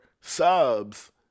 subs